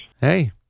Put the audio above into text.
Hey